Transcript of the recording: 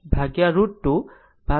જે tan inverse 8